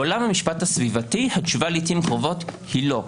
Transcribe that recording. בעולם המשפט הסביבתי, התשובה לעתים קרובות היא לא.